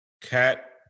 Cat